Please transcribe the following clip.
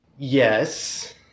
Yes